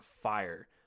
fire